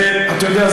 אתה יודע,